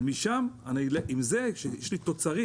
וכשיש לי תוצרים,